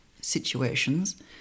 situations